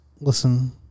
Listen